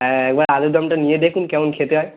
হ্যাঁ এবার আলুরদমটা নিয়ে দেখুন কেমন খেতে হয়